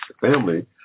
family